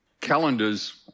calendars